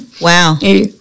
Wow